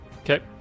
Okay